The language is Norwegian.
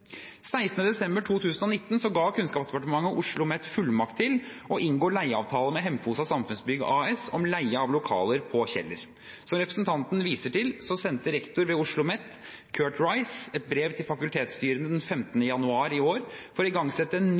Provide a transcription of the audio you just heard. desember 2019 ga Kunnskapsdepartementet OsloMet fullmakt til å inngå leieavtale med Hemfosa Samfunnsbygg AS om leie av lokaler på Kjeller. Som representanten viser til, sendte rektor ved OsloMet, Curt Rice, et brev til fakultetsstyrene den 15. januar i år for å igangsette en ny